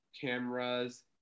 cameras